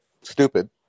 stupid